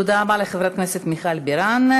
תודה רבה לחברת הכנסת מיכל בירן.